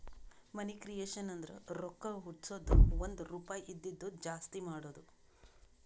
ಮನಿ creation ಅಂದುರ್ ರೊಕ್ಕಾ ಹುಟ್ಟುಸದ್ದು ಒಂದ್ ರುಪಾಯಿ ಇದಿದ್ದುಕ್ ಜಾಸ್ತಿ ಮಾಡದು